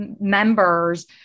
members